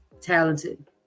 talented